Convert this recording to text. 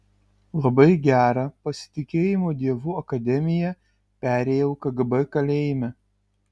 labai gerą pasitikėjimo dievu akademiją perėjau kgb kalėjime